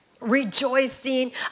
rejoicing